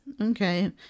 Okay